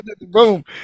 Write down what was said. boom